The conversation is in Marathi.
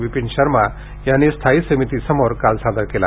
विपिन शर्मा यांनी स्थायी समितीसमोर काल सादर केला